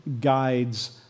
guides